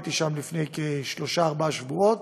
הייתי שם לפני כשלושה ארבעה שבועות.